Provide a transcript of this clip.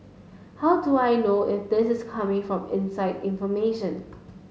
how do I know if this is coming from inside information